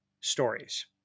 stories